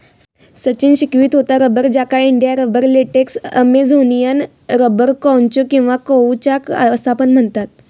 सचिन शिकवीत होतो रबर, ज्याका India rubber, latex, Amazonian rubber, कौचो किंवा काउचॉक असा पण म्हणतत